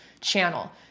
channel